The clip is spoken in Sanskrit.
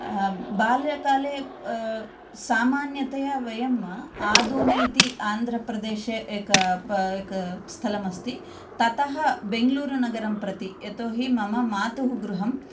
बाल्यकाले सामान्यतया वयं आदोनि इति आन्ध्रप्रदेशे एकं स्थलम् अस्ति ततः बेङ्गलूरुनगरं प्रति यतोहि मम मातुः गृहं